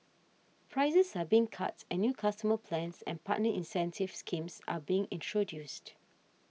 prices are being cut and new consumer plans and partner incentive schemes are being introduced